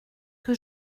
que